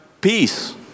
peace